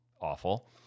awful